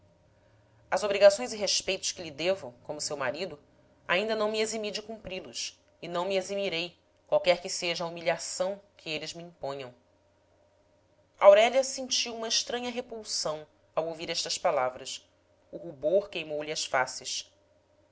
as obrigações e respeitos que lhe devo como seu marido ainda não me eximi de cumpri los e não me eximirei qualquer que seja a humilhação que eles me imponham aurélia sentiu uma estranha repulsão ao ouvir estas palavras o rubor queimou lhe as faces